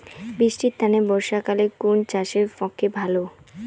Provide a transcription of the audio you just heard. বৃষ্টির তানে বর্ষাকাল কুন চাষের পক্ষে ভালো?